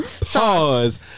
Pause